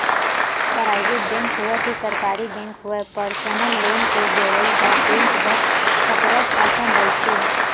private bank होवय ते सरकारी बेंक होवय परसनल लोन के देवइ ह बेंक बर खतरच असन रहिथे